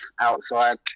outside